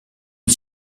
est